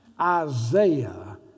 Isaiah